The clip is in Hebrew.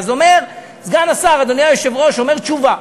אז אומר סגן השר, אדוני היושב-ראש, תשובה.